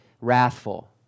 wrathful